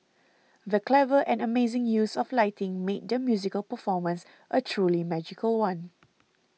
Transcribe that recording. the clever and amazing use of lighting made the musical performance a truly magical one